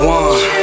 one